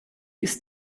ist